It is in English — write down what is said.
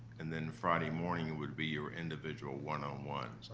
and then friday morning it would be your individual one-on-one.